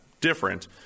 different